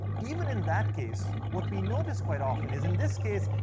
even in that case, what we notice quite often is, in this case,